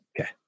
Okay